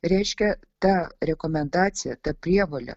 reiškia ta rekomendacija ta prievolė